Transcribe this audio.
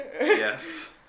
Yes